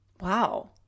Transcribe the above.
Wow